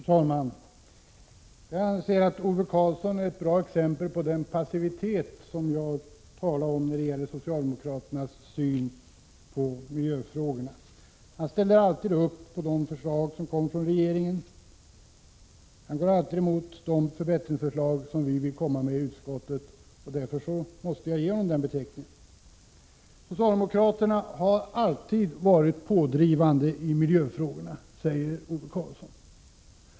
Fru talman! Jag anser att Ove Karlsson är ett bra exempel på den passivitet som jag talar om när det gäller socialdemokraternas syn på miljöfrågorna. Han ställer alltid upp på de förslag som kommer från regeringen. Han går alltid emot de förbättringsförslag som vi kommer med i utskottet. Därför måste jag ge honom denna beteckning. Socialdemokraterna har alltid varit pådrivande i miljöfrågorna, säger Ove Karlsson.